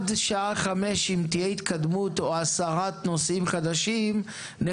אם תהיה התקדמות או הסרת נושאים חדשים עד השעה 17:00,